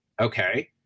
okay